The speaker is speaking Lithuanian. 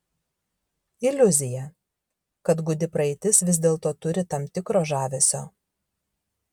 iliuzija kad gūdi praeitis vis dėlto turi tam tikro žavesio